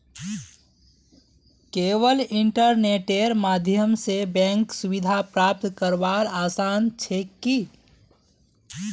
केवल इन्टरनेटेर माध्यम स बैंक सुविधा प्राप्त करवार आसान छेक की